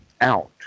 out